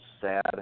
sad